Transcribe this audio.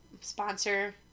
sponsor